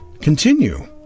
continue